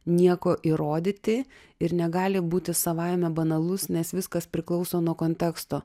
nieko įrodyti ir negali būti savaime banalus nes viskas priklauso nuo konteksto